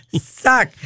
suck